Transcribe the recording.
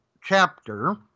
chapter